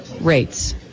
rates